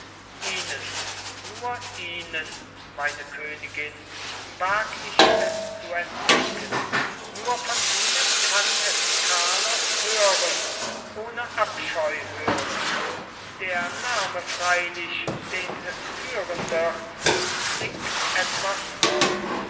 ihnen nur ihnen meine königin wag ich es zu entdecken nur von ihnen kann es carlos hören ohne abscheu hören der name freilich den es führen wird klingt etwas rauh